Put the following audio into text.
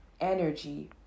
energy